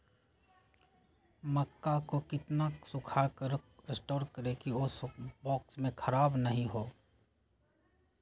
मक्का को कितना सूखा कर स्टोर करें की ओ बॉक्स में ख़राब नहीं हो?